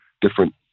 different